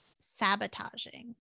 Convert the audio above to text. sabotaging